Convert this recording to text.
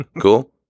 Cool